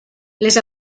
les